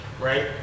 right